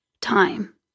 time